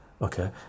okay